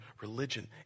religion